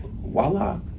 voila